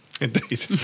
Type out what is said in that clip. Indeed